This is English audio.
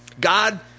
God